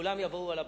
כולם יבואו על הברכה.